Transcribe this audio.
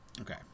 Okay